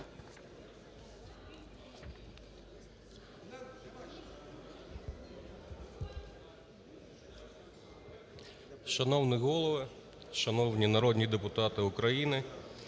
Шановний голово, шановні народні депутати України,